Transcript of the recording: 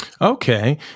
Okay